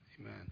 Amen